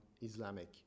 Islamic